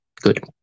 Good